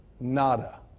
nada